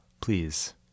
Please